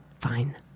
fine